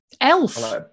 Elf